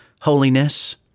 holiness